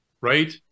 Right